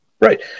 Right